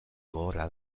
gogorra